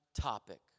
topic